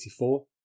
1984